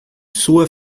sua